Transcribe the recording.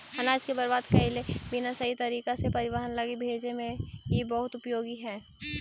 अनाज के बर्बाद कैले बिना सही तरीका से परिवहन लगी भेजे में इ बहुत उपयोगी हई